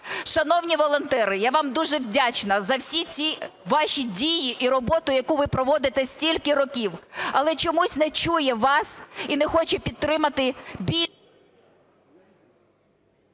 Шановні волонтери, я вам дуже вдячна за всі ці ваші дії і роботу, яку ви проводите стільки років, але чомусь не чує вас і не хоче підтримати…